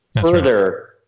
further